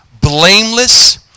blameless